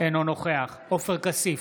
אינו נוכח עופר כסיף,